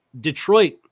Detroit